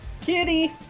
Kitty